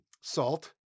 salt